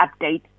update